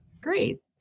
great